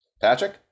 Patrick